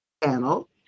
panel